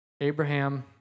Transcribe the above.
Abraham